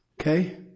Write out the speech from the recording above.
okay